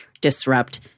Disrupt